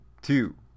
two